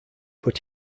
but